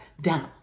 down